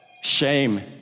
shame